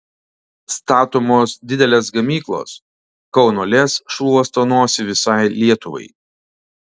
statomos didelės gamyklos kauno lez šluosto nosį visai lietuvai